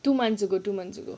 two months ago two months ago